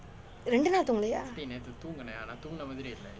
இரண்டு நாள் தூங்கலை:irandu naal thungalai ah